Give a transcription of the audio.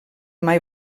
mai